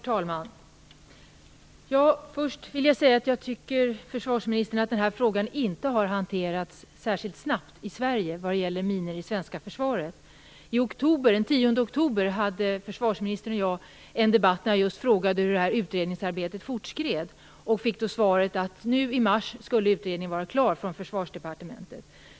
Herr talman! Först vill jag säga till försvarsministern att jag tycker att frågan inte har hanterats särskilt snabbt i Sverige vad gäller minor i svenska försvaret. Den 10 oktober hade försvarsministern och jag en debatt där jag just frågade hur utredningsarbetet fortskred. Jag fick då svaret att Försvarsdepartementets utredning skulle vara klar i mars i år.